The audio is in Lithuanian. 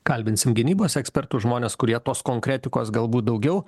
kalbinsim gynybos ekspertus žmones kurie tos konkretikos galbūt daugiau